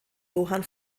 johann